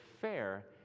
fair